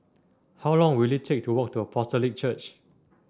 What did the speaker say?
how long will it take to walk to Apostolic Church